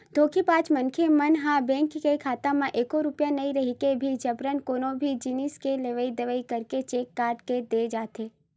धोखेबाज मनखे मन ह बेंक के खाता म एको रूपिया नइ रहिके भी जबरन कोनो भी जिनिस के लेवई देवई करके चेक काट के दे जाथे